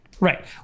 right